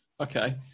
Okay